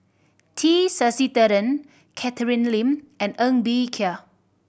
T Sasitharan Catherine Lim and Ng Bee Kia